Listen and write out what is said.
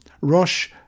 Rosh